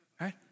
right